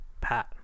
Pat